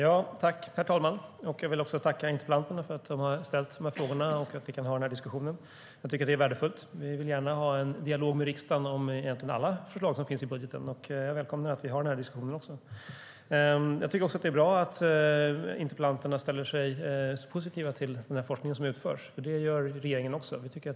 Herr talman! Jag tackar interpellanterna för att de har ställt sina frågor så att vi kan ha denna diskussion. Det är värdefullt. Vi vill gärna ha en dialog med riksdagen om alla förslag som finns i budgeten, så jag välkomnar denna diskussion. Det är också bra att interpellanterna ställer sig positiva till den forskning som utförs. Det gör regeringen också.